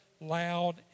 loud